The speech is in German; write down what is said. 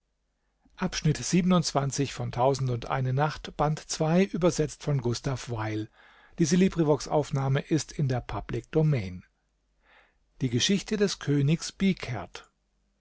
die geschichte des